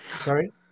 Sorry